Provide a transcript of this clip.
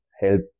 help